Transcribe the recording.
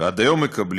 ועד היום מקבלים,